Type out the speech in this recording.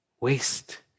waste